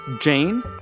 Jane